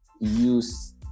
use